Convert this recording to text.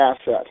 asset